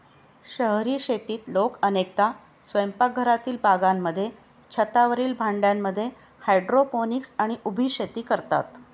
शहरी शेतीत लोक अनेकदा स्वयंपाकघरातील बागांमध्ये, छतावरील भांड्यांमध्ये हायड्रोपोनिक्स आणि उभी शेती करतात